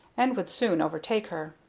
and would soon overtake her.